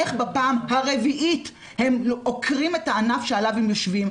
איך בפעם הרביעית הם עוקרים את הענף שעליו הם יושבים.